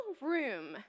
room